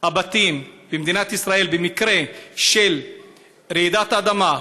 הבתים במדינת ישראל, במקרה של רעידת אדמה,